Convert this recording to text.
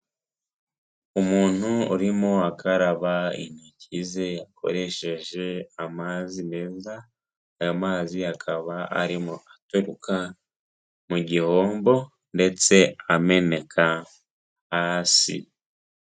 Umuntu urimo akaraba intoki ze yakoresheje amazi meza ayo mazi akaba arimo aturuka mu gihombo ndetse ameneka hasi.